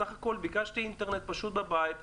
בסך הכול ביקשתי אינטרנט פשוט בבית,